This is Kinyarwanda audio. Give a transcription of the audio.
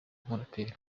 umuraperi